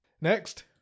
Next